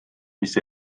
mis